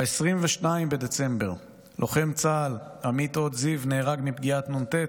ב-22 בדצמבר לוחם צה"ל עמית הוד זיו נהרג מפגיעת נ"ט,